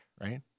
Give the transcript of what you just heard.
right